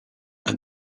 and